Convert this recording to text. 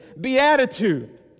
beatitude